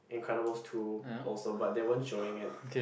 incredibles two also but they weren't showing it